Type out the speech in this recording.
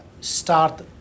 start